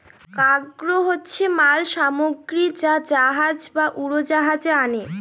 cargo হচ্ছে মাল সামগ্রী যা জাহাজ বা উড়োজাহাজে আনে